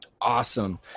Awesome